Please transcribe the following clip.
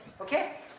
okay